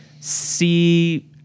see